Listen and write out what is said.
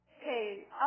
Okay